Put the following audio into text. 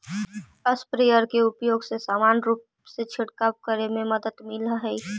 sprayer के उपयोग से समान रूप से छिडकाव करे में मदद मिलऽ हई